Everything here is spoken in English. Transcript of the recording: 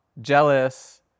jealous